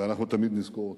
ואנחנו תמיד נזכור אותו.